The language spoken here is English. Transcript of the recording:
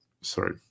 Sorry